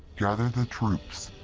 gather the troops!